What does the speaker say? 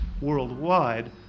worldwide